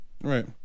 Right